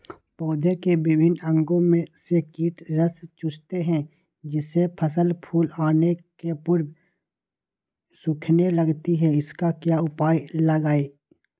पौधे के विभिन्न अंगों से कीट रस चूसते हैं जिससे फसल फूल आने के पूर्व सूखने लगती है इसका क्या उपाय लगाएं?